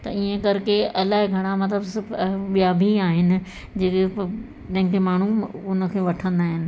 त इहे कर के अलाए घणा मतिलबु ॿिया बि आहिनि जेके जंहिंखें माण्हू उन खे वठंदा आहिनि